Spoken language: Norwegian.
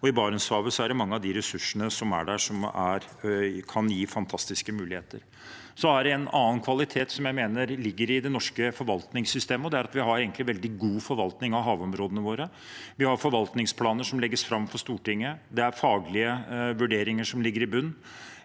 og gassvirksomhet mange av de ressursene som er i Barentshavet, kan gi fantastiske muligheter. Så er det en annen kvalitet som jeg mener ligger i det norske forvaltningssystemet, og det er at vi egentlig har en veldig god forvaltning av havområdene våre. Vi har forvaltningsplaner som legges fram for Stortinget, det er faglige vurderinger som ligger i bunn,